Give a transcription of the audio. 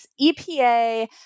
EPA